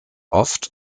oft